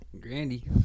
Grandy